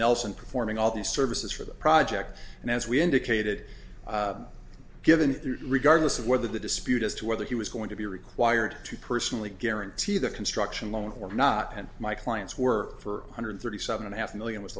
nelson performing all these services for the project and as we indicated given regardless of whether the dispute as to whether he was going to be required to personally guarantee the construction loan or not and my clients were for hundred thirty seven and a half million was